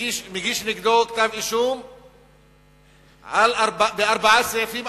ומגיש נגדו כתב-אישום בארבעה סעיפים,